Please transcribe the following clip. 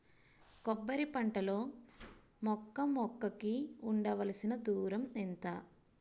కొబ్బరి పంట లో మొక్క మొక్క కి ఉండవలసిన దూరం ఎంత